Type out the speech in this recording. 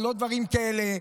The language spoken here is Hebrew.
לא דברים כאלה.